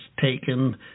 taken